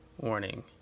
warning